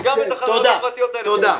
וגם את החניות הפרטיות האלה חוסמים.